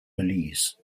belize